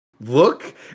Look